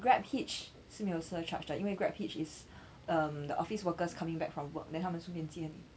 grab hitch 是没有 surcharge 的因为 grab hitch is um the office workers coming back from work then 他们顺便接你